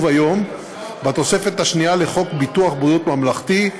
היום בתוספת השנייה לחוק ביטוח בריאות ממלכתי,